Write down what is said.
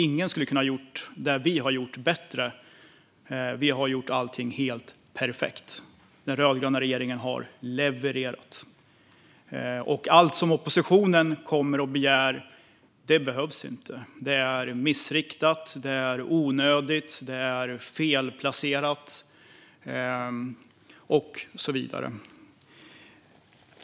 Ingen skulle ha kunnat göra det vi har gjort bättre. Vi har gjort allting helt perfekt. Den rödgröna regeringen har levererat. Och det som oppositionen begär behövs inte. Det är missriktat. Det är onödigt. Det är felplacerat och så vidare.